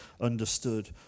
understood